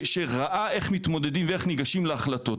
שראה איך מתמודדים ואיך ניגשים להחלטות.